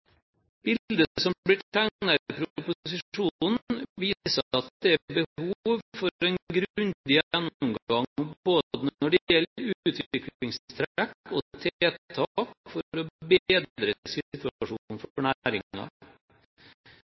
tegnet i proposisjonen, viser at det er behov for en grundig gjennomgang både når det gjelder utviklingstrekk og tiltak for å bedre